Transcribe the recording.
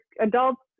adults